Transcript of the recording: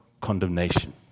condemnation